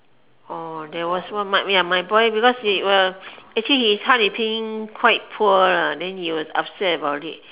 oh there was one my ya my boy because he well his 汉语拼音 quite poor lah then he was upset about it